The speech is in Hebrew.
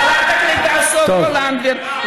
שרת הקליטה סופה לנדבר,